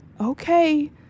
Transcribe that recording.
Okay